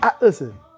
listen